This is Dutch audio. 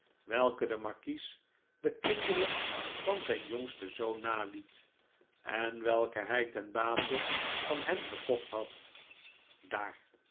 welke de markies de kinderen van zijn jongsten zoon naliet en welke hij ten bate van hen gekocht had daar